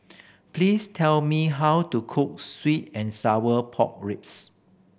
please tell me how to cook sweet and sour pork ribs